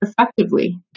effectively